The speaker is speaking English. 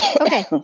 okay